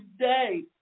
today